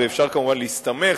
ואפשר כמובן להסתמך,